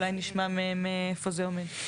אולי נשמע מהם איפה זה עומד?